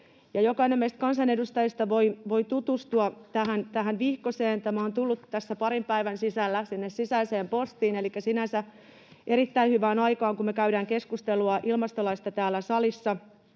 Jokainen meistä kansanedustajista voi tutustua tähän vihkoseen. Tämä on tullut tässä parin päivän sisällä sinne sisäiseen postiin, elikkä sinänsä erittäin hyvään aikaan, kun me käymme keskustelua ilmastolaista täällä salissa